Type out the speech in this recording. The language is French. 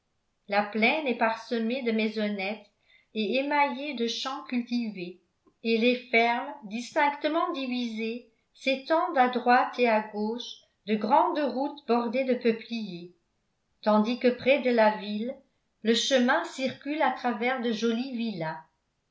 la plaine est parsemée de maisonnettes et émaillée de champs cultivés et les fermes distinctement divisées s'étendent à droite et à gauche de grandes routes bordées de peupliers tandis que près de la ville le chemin circule à travers de jolies villas